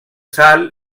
sal